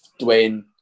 Dwayne